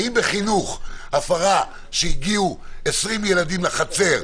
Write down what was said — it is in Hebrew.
האם בחינוך הפרה שהגיעו 20 ילדים לחצר,